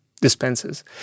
dispenses